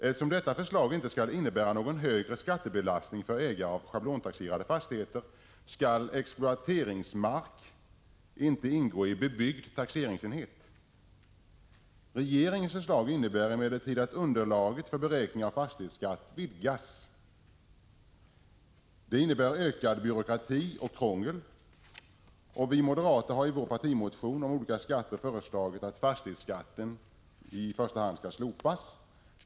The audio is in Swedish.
Eftersom detta förslag inte skall innebära någon högre skattebelastning för ägare av schablontaxerade fastigheter, skall exploateringsmark inte ingå i bebyggd taxeringsenhet. Regeringens förslag innebär emellertid att underlaget för beräkning av fastighetsskatt vidgas. Det medför ökad byråkrati och krångel. Vi moderater har i vår partimotion om olika skatter föreslagit att fastighetsskatten skall slopas.